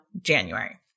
January